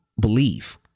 believe